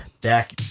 back